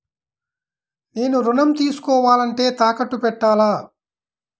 నేను ఋణం తీసుకోవాలంటే తాకట్టు పెట్టాలా?